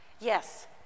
Yes